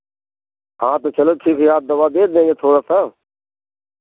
हाँ तो चलो ठीक है दवा दे देंगे थोड़ा सा